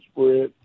spread